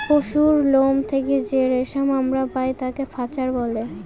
পশুরলোম থেকে যে রেশম আমরা পায় তাকে ফার বলে